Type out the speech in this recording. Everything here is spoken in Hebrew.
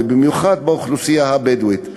ובמיוחד באוכלוסייה הבדואית.